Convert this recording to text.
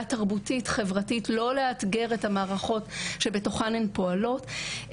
תרבותית חברתית לא לאתגר את המערכות שבתוכן הן פועלות.